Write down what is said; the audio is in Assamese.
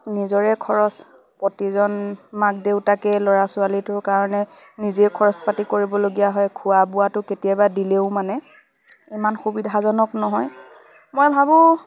নিজৰে খৰচ প্ৰতিজন মাক দেউতাকে ল'ৰা ছোৱালীটোৰ কাৰণে নিজে খৰচ পাতি কৰিবলগীয়া হয় খোৱা বোৱাটো কেতিয়াবা দিলেও মানে ইমান সুবিধাজনক নহয় মই ভাবোঁ